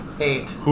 Eight